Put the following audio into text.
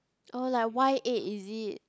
oh like why eight is it